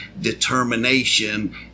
determination